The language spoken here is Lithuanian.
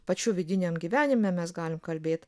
pačių vidiniam gyvenime mes galim kalbėt